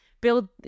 build